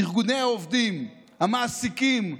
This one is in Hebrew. ארגוני העובדים, המעסיקים והמדינה,